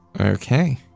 Okay